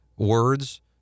words